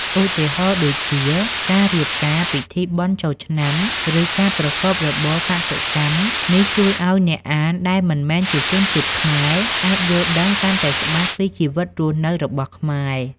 ឧទាហរណ៍ដូចជា ការរៀបការ ពិធីបុណ្យចូលឆ្នាំ ឬការប្រកបរបរកសិកម្ម។ នេះជួយឲ្យអ្នកអានដែលមិនមែនជាជនជាតិខ្មែរ អាចយល់ដឹងកាន់តែច្បាស់ពីជីវិតរស់នៅរបស់ខ្មែរ។